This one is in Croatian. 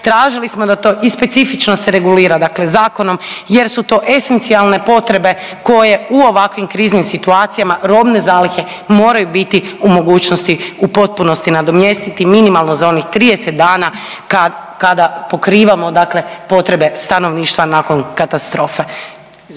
Tražili smo da to i specifično se regulira, dakle zakonom jer su to esencijalne potrebe koje u ovakvim kriznim situacijama robne zalihe moraju biti u mogućnosti u potpunosti nadomjestiti minimalno za onih 30 dana kada pokrivamo, dakle potrebe stanovništva nakon katastrofe.